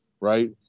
Right